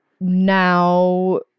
now